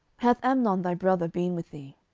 hath amnon thy brother been with thee?